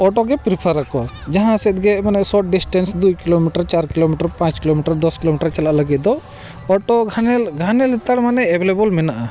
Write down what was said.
ᱚᱴᱳᱜᱮ prefer ᱟᱠᱚ ᱡᱟᱦᱟᱸ ᱥᱮᱫᱜᱮ ᱢᱟᱱᱮ ᱥᱚᱴ ᱰᱤᱥᱴᱮᱱᱥ ᱫᱩᱭ ᱠᱤᱞᱳᱢᱤᱴᱟᱨ ᱪᱟᱨ ᱠᱤᱞᱳᱢᱤᱴᱟᱨ ᱯᱟᱸᱪ ᱠᱤᱞᱳᱢᱤᱴᱟᱨ ᱫᱚᱥ ᱠᱤᱞᱳᱢᱤᱴᱟᱨ ᱪᱟᱞᱟᱜ ᱞᱟᱹᱜᱤᱫ ᱫᱚ ᱚᱴᱳ ᱜᱷᱟᱱᱮ ᱜᱷᱟᱱᱮ ᱞᱮᱛᱟᱲ ᱢᱟᱱᱮ ᱮᱵᱮᱞᱮᱵᱚᱞ ᱢᱮᱱᱟᱜᱼᱟ